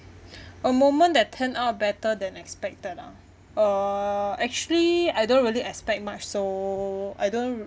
a moment that turn out better than expected ah uh actually I don't really expect much so I don't